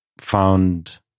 found